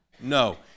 No